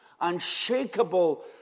unshakable